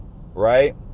right